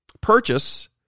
purchase